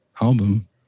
album